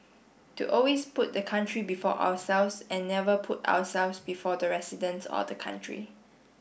to always put the country before ourselves and never put ourselves before the residents or the country